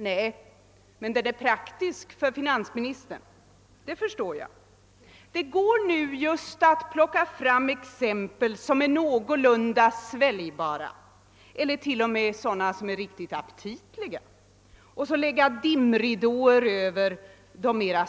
Nej, men den är praktisk för finansministern, det förstår jag. Det går att plocka fram exempel som är någorlunda sväljbara eller t.o.m. riktigt aptitliga och sedan lägga dimridåer över de mer